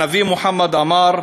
הנביא מוחמד אמר: